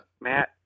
Matt